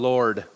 Lord